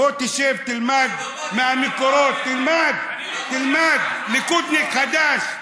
בוא תשב ותלמד מהמקורות, ליכודניק חדש.